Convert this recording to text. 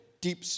deep